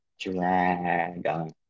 Dragon